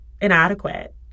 inadequate